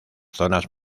zonas